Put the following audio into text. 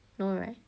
no [right]